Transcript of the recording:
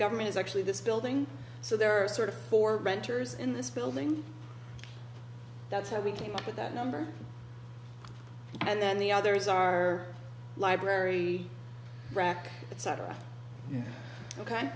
government is actually this building so there are sort of four centers in this building that's how we came up with that number and then the other is our library rack cetera